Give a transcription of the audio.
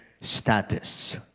status